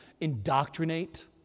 indoctrinate